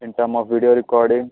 in terms of video recording